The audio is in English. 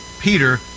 Peter